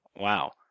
Wow